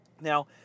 Now